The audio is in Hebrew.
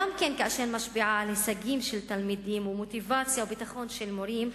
גם אם היא משפיעה על הישגים של תלמידים ומוטיבציה וביטחון של מורים,